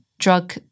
drug